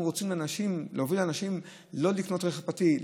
רוצים להוביל אנשים לא לקנות רכב פרטי,